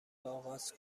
آغاز